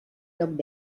lloc